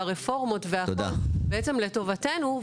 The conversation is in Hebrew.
והרפורמות והכל הם לטובתנו,